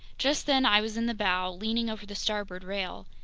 just then i was in the bow, leaning over the starboard rail.